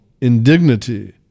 indignity